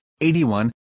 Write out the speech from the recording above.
81